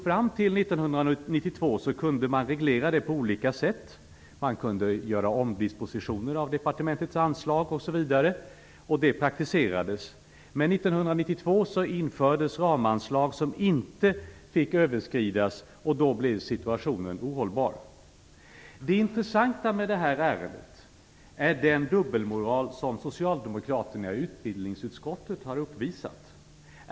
Fram till 1992 kunde man reglera det på olika sätt. Man kunde göra omdisponeringar av departementets anslag osv. och det praktiserades. Då blev situationen ohållbar. Det intressanta med detta ärende är den dubbelmoral som socialdemokraterna i utbildningsutskottet har uppvisat.